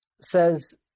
says